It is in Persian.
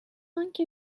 آنکه